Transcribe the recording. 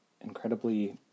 incredibly